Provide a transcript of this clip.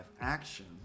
action